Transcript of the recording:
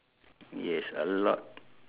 yes a lot